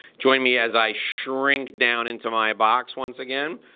join me as a shrink down into my box once again.